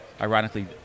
Ironically